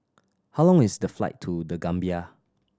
how long is the flight to The Gambia